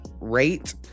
rate